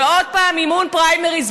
ועוד פעם מימון פריימריז,